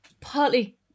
partly